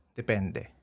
depende